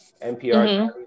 NPR